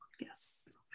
Yes